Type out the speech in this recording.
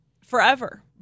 forever